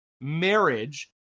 marriage